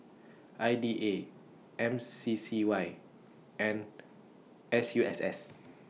I D A M C C Y and S U S S